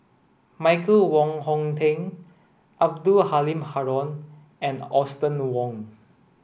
Michael Wong Hong Teng Abdul Halim Haron and Austen Ong